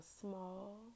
small